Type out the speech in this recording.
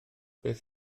beth